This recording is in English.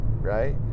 right